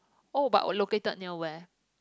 oh but located near where